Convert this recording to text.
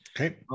Okay